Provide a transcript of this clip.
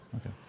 Okay